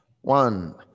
one